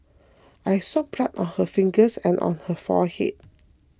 I saw blood on her fingers and on her forehead